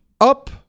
up